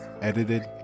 edited